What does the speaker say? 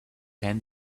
penn